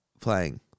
playing